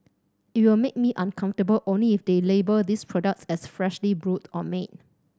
it will make me uncomfortable only if they label these products as freshly brewed or made